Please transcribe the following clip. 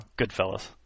Goodfellas